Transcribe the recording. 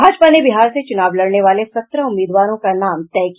भाजपा ने बिहार से चुनाव लड़ने वाले सत्रह उम्मीदवारों का नाम तय किया